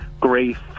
grief